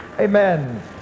amen